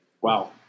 Wow